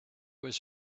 was